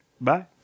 Bye